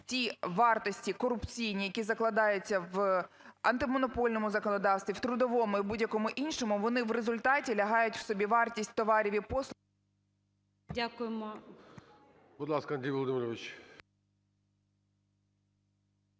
ті вартості корупційні, які закладаються в антимонопольному законодавстві, в трудовому і будь-якому іншому, вони в результаті лягають в собівартість товарів і послуг… ГОЛОВУЮЧИЙ. Дякуємо. Веде засідання Голова